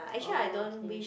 oh okay